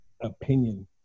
opinion